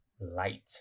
light